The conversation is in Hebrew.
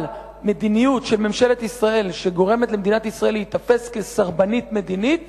אבל מדיניות של ממשלת ישראל שגורמת למדינת ישראל להיתפס כסרבנית מדינית